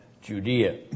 Judea